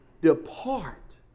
depart